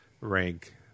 rank